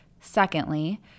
Secondly